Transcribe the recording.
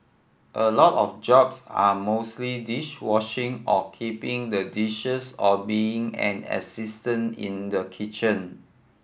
a lot of jobs are mostly dish washing or keeping the dishes or being an assistant in the kitchen